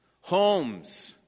homes